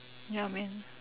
ya man